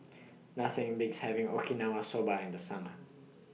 Nothing Beats having Okinawa Soba in The Summer